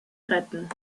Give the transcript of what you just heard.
retten